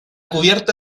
cubierta